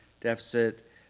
deficit